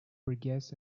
burgess